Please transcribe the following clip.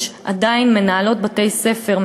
יש עדיין מנהלות בתי-ספר,